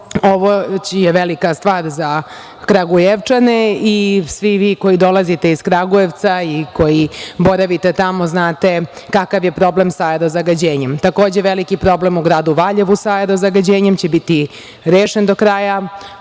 ovo je velika stvar za Kragujevčane i svi vi koji dolazite iz Kragujevca i koji boravite tamo znate kakav je problem sa aero-zagađenjem. Takođe veliki problem u gradu Valjevu sa aero-zagađenjem će biti rešen do kraja